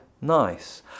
Nice